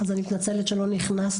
אז אני מתנצלת שלא נכנסנו,